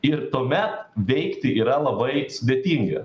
ir tuomet veikti yra labai sudėtinga